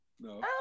no